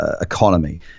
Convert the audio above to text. economy